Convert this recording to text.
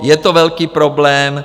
Je to velký problém.